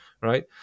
right